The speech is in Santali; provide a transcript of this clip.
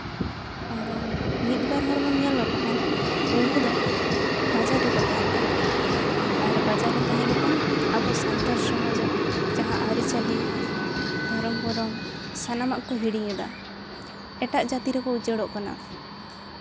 ᱢᱤᱫ ᱵᱟᱨ ᱦᱚᱲ ᱵᱚᱱ ᱧᱮᱞ ᱞᱮᱠᱚ ᱠᱷᱟᱱ ᱩᱱᱠᱩ ᱫᱚ ᱵᱟᱡᱟᱨ ᱨᱮᱠᱚ ᱛᱟᱦᱮᱱ ᱠᱟᱱᱟ ᱟᱨ ᱵᱟᱡᱟᱨ ᱨᱮ ᱛᱟᱦᱮᱸ ᱠᱟᱛᱮ ᱟᱵᱚ ᱥᱟᱱᱛᱟᱲ ᱥᱚᱢᱟᱡᱽ ᱟᱜ ᱡᱟᱦᱟᱸ ᱟᱹᱨᱤᱼᱪᱟᱹᱞᱤ ᱫᱷᱚᱨᱚᱢ ᱠᱚᱨᱚᱢ ᱥᱟᱱᱟᱢᱟᱜ ᱠᱚ ᱦᱤᱲᱤᱧ ᱮᱫᱟ ᱮᱴᱟᱜ ᱡᱟᱹᱛᱤ ᱨᱮᱠᱚ ᱩᱪᱟᱹᱲᱚᱜ ᱠᱟᱱᱟ